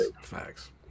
Facts